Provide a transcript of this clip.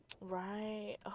Right